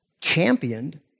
championed